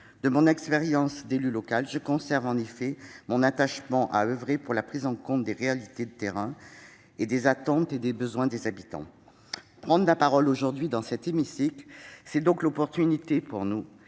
De mon expérience d'élue locale, je conserve en effet un attachement à oeuvrer pour la prise en compte des réalités du terrain et des attentes et besoins des habitants. Prendre la parole aujourd'hui dans cet hémicycle, c'est donc l'occasion pour nous,